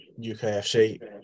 UKFC